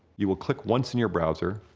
you will click once in your browser,